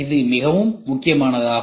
இது மிகவும் முக்கியமானதாகும்